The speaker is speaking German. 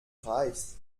reichs